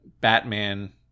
Batman